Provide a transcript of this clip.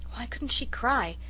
why couldn't she cry,